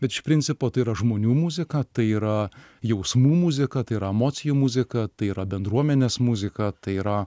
bet iš principo tai yra žmonių muzika tai yra jausmų muzika tai yra emocijų muzika tai yra bendruomenės muzika tai yra